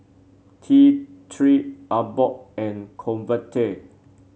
T Three Abbott and Convatec